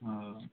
ও